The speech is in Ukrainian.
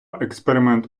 експеримент